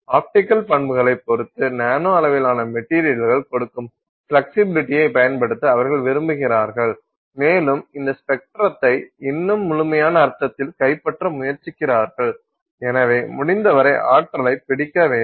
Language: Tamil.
ஆப்டிக்கல் பண்புகளைப் பொறுத்து நானோ அளவிலான மெட்டீரியல்கள் கொடுக்கும் பிளக்க்சிபிலிடிஐ பயன்படுத்த அவர்கள் விரும்புகிறார்கள் மேலும் இந்த ஸ்பெக்ட்ரத்தை இன்னும் முழுமையான அர்த்தத்தில் கைப்பற்ற முயற்சிக்கிறார்கள் எனவே முடிந்தவரை ஆற்றலைப் பிடிக்க வேண்டும்